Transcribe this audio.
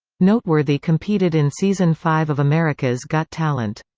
noteworthy competed in season five of america's got talent.